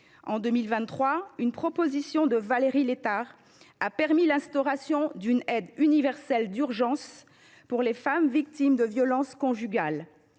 d’une proposition de loi de Valérie Létard a permis l’instauration d’une aide universelle d’urgence pour les femmes victimes de violences conjugales.